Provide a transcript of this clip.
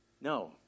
No